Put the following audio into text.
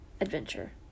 adventure